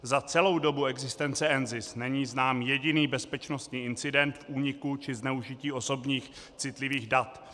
Za celou dobu existence NZIS není znám jediný bezpečnostní incident v úniku či zneužití osobních citlivých dat.